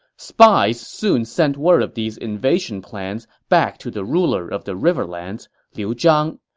spies soon sent word of these invasion plans back to the ruler of the riverlands, liu zhang.